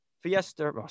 Fiesta